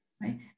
right